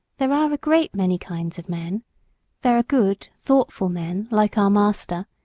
there are a great many kinds of men there are good thoughtful men like our master,